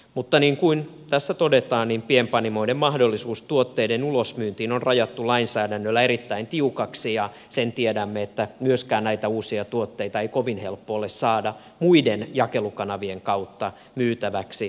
mutta niin kuin tässä todetaan pienpanimoiden mahdollisuus tuotteiden ulosmyyntiin on rajattu lainsäädännöllä erittäin tiukaksi ja sen tiedämme että myöskään näitä uusia tuotteita ei kovin helppo ole saada muiden jakelukanavien kautta myytäväksi